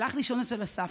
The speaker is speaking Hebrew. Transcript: הלך לישון אצל הסבתא,